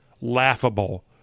laughable